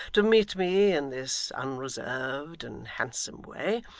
to meet me in this unreserved and handsome way.